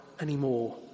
anymore